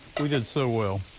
we did so well.